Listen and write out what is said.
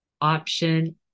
option